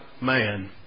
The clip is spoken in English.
man